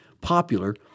popular